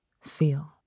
Feel